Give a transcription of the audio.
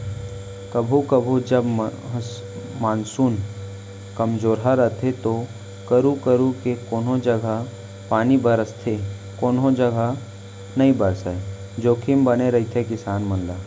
कभू कभू जब मानसून कमजोरहा रथे तो करू करू के कोनों जघा पानी बरसथे कोनो जघा नइ बरसय जोखिम बने रहिथे किसान मन ला